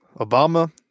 Obama